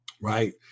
Right